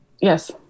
Yes